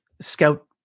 scout